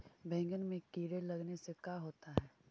बैंगन में कीड़े लगने से का होता है?